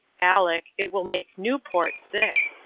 aleck, it will make newport sick.